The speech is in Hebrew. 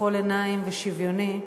כחול-עיניים ושוויוני,